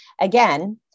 Again